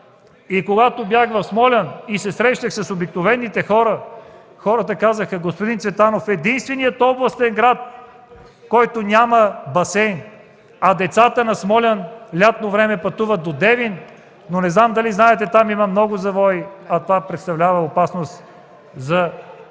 Когато бях в Смолян и се срещах с обикновените хора, хората казваха: „Господин Цветанов, единственият областен град, който няма басейн, а децата на Смолян лятно време пътуват до Девин”. Но не знам дали знаете – там има много завои, а това представлява опасност за тези